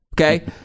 Okay